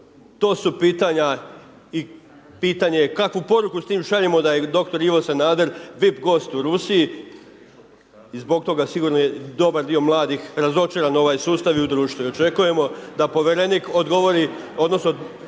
to su pitanja i pitanje je kakvu poruku s tim šaljemo da je dr. Ivo Sanader vip gost u Rusiji i zbog toga sigurno je dobar dio mladih razočaran u ovaj sustav i u društvo. I očekujemo da povjerenik odgovori odnosno